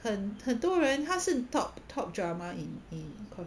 很很多人他是 top top drama in in ko~